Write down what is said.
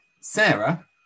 Sarah